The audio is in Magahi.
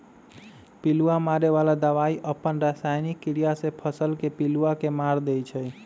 पिलुआ मारे बला दवाई अप्पन रसायनिक क्रिया से फसल के पिलुआ के मार देइ छइ